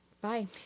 Bye